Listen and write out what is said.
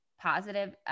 positive